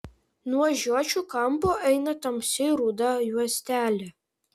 nuo žiočių kampo eina tamsiai ruda juostelė